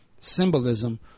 symbolism